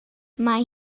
mae